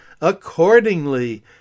accordingly